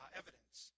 evidence